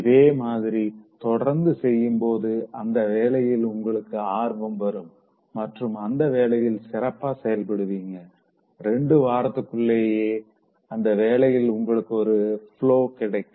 இதே மாதிரி தொடர்ந்து செய்யும் போது அந்த வேலையில உங்களுக்கு ஆர்வம் வரும் மற்றும் அந்த வேளையில் சிறப்பா செயல்படுவீங்க ரெண்டு வாரத்துக்குள்ளயே அந்த வேலையில உங்களுக்கு ஒரு ஃப்லோ கிடைக்கும்